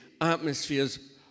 atmospheres